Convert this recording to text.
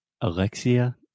Alexia